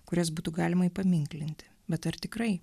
kurias būtų galima įpamiklinti bet ar tikrai